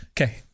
Okay